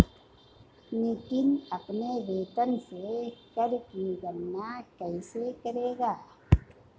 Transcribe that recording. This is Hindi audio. नितिन अपने वेतन से कर की गणना कैसे करेगा?